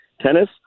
tennis